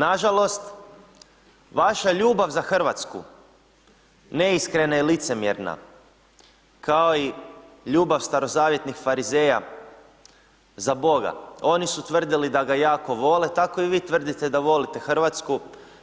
Nažalost vaša ljubav za Hrvatsku, neiskrena i licemjerna kao i ljubav starozavjetnih farizeja za Boga, oni su tvrdili da ga jako vole tako i vi tvrdite da volite Hrvatsku,